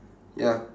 ya